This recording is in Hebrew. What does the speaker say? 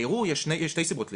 בערעור, יש שתי סיבות לערעור: